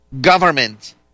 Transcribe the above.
government